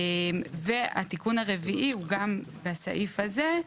התיקון הרביעי הוא גם בסעיף הזה,